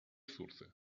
ресурсы